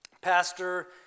Pastor